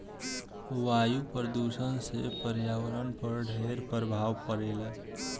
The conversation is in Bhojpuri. वायु प्रदूषण से पर्यावरण पर ढेर प्रभाव पड़ेला